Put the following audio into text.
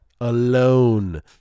alone